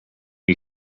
you